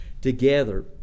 together